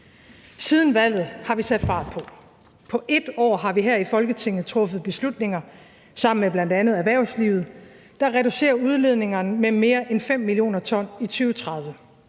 Siden valget har vi sat fart på. På ét år har vi her i Folketinget truffet beslutninger sammen med bl.a. erhvervslivet, der reducerer udledningerne med mere end 5 mio. t i 2030.